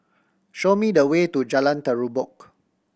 show me the way to Jalan Terubok